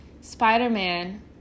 Spider-Man